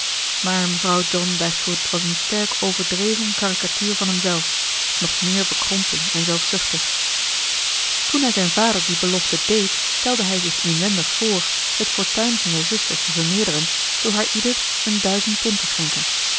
maar mevrouw john dashwood was een sterk overdreven caricatuur van hem zelf nog meer bekrompen en zelfzuchtig toen hij zijn vader die belofte deed stelde hij zich inwendig voor het fortuin van zijn zusters te vermeerderen door haar ieder een duizend pond te schenken